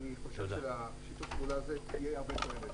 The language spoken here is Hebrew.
ואני חושב שלשיתוף הפעולה הזה תהיה הרבה תועלת,